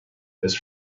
his